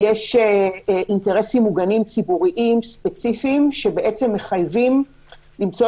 יש אינטרסים מוגנים ציבוריים ספציפיים שמחייבים למצוא